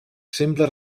sembla